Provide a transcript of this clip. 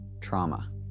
trauma